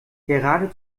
gerade